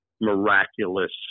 miraculous